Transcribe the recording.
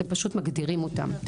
אתם פשוט מגדירים אותם.